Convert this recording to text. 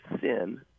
sin